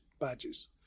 badges